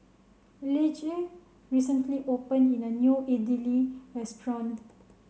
Lige recently opened in a new Idili Restaurant